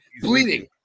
bleeding